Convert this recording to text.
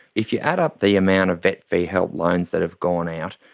if you add up the amount of vet fee-help loans that have gone out,